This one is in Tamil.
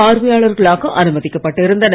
பார்வையாளர்களாக அனுமதிக்கப்பட்டிருந்தனர்